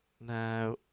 Now